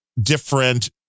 different